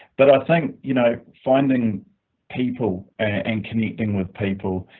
but i think you know finding people and connecting with people.